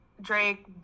Drake